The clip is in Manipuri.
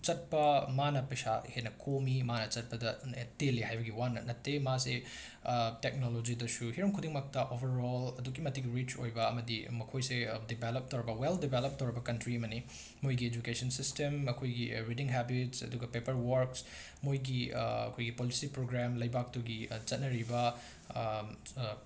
ꯆꯠꯄ ꯃꯥꯅ ꯄꯩꯁꯥ ꯍꯦꯟꯅ ꯀꯣꯝꯃꯤ ꯃꯥꯅ ꯆꯠꯄꯗ ꯇꯦꯜꯂꯤ ꯍꯥꯏꯕꯒꯤ ꯋꯥ ꯅꯠ ꯅꯠꯇꯦ ꯃꯥꯁꯦ ꯇꯦꯛꯅꯣꯂꯣꯖꯤꯗꯁꯨ ꯍꯤꯔꯝ ꯈꯨꯗꯤꯡꯃꯛꯇ ꯑꯣꯕꯔꯣꯜ ꯑꯗꯨꯛꯀꯤ ꯃꯇꯤꯛ ꯔꯤꯆ ꯑꯣꯏꯕ ꯑꯃꯗꯤ ꯃꯈꯣꯏꯁꯦ ꯗꯤꯕꯦꯂꯞ ꯇꯧꯔꯕ ꯋꯦꯜ ꯗꯤꯕꯦꯂꯞ ꯇꯧꯔꯕ ꯀꯟꯇ꯭ꯔꯤ ꯑꯃꯅꯤ ꯃꯣꯏꯒꯤ ꯏꯖꯨꯀꯦꯁꯟ ꯁꯤꯁꯇꯦꯝ ꯑꯩꯈꯣꯏꯒꯤ ꯔꯤꯗꯤꯡ ꯍꯦꯕꯤꯠꯁ ꯑꯗꯨꯒ ꯄꯦꯄꯔ ꯋꯔꯛꯁ ꯃꯣꯏꯒꯤ ꯑꯩꯈꯣꯏꯒꯤ ꯄꯣꯂꯤꯁꯤ ꯄ꯭ꯔꯣꯒ꯭ꯔꯦꯝ ꯂꯩꯕꯥꯛꯇꯨꯒꯤ ꯆꯠꯅꯔꯤꯕ